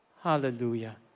Hallelujah